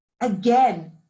again